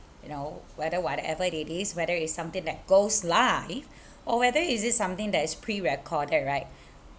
you know whether whatever it is whether it's something that goes live or whether is it something that is pre-recorded right